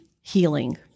healing